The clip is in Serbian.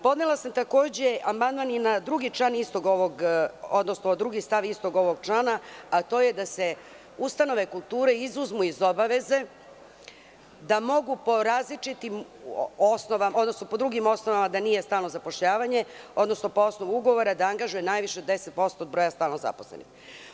Podnela sam, takođe, amandman na drugi stav istog ovog člana, a to je da se ustanove kulture izuzmu iz obaveze da mogu po različitim osnovama, odnosno po drugim osnovama, da nije stalno zapošljavanje, odnosno po osnovu ugovora da angažuje najviše 10% stalno zaposlenih.